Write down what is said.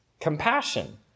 compassion